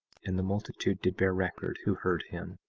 and the multitude did bear record who heard him.